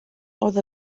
oedd